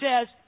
says